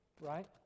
right